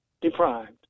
deprived